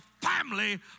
family